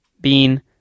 bean